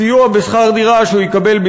סיוע בשכר דירה שהוא יקבל,